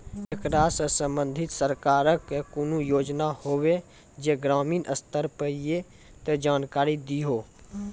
ऐकरा सऽ संबंधित सरकारक कूनू योजना होवे जे ग्रामीण स्तर पर ये तऽ जानकारी दियो?